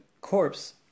corpse